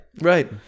Right